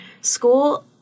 school